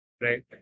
right